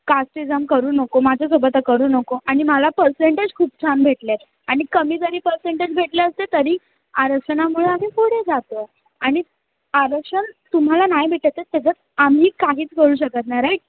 casteism करू नको माझ्यासोबत तर करू नको आणि मला पर्सेंटेज खूप छान भेटले आहेत आणि कमी जरी पर्सेंटेज भेटले असते तरी आरक्षणामुळे आम्ही पुढे जातो आहे आणि आरक्षण तुम्हाला नाही भेटत आहे त्याच्यात आम्ही काहीच करू शकत नाही राईट